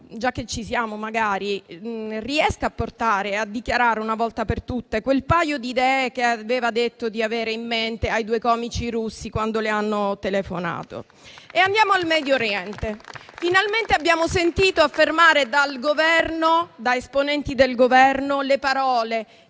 già che ci siamo, magari, cerchi di portare e dichiarare una volta per tutte quel paio di idee che aveva detto di avere in mente ai due comici russi, quando le hanno telefonato. Passiamo al Medio Oriente. Finalmente abbiamo sentito pronunciare da esponenti del Governo le parole